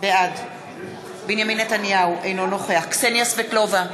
בעד בנימין נתניהו, אינו נוכח קסניה סבטלובה,